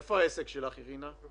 איפה העסק שלך, אירינה?